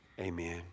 Amen